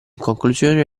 conclusione